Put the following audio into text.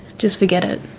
just forget it.